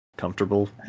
comfortable